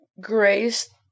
Grace